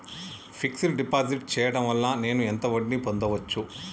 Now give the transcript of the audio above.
Fix డ్ deposit చేయటం వల్ల నేను ఎంత వడ్డీ పొందచ్చు?